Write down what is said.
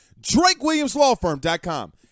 drakewilliamslawfirm.com